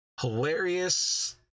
hilarious